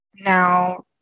Now